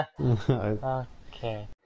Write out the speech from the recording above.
Okay